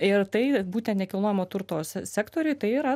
ir tai būtent nekilnojamo turto se sektoriui tai yra